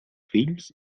fills